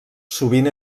sovint